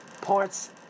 parts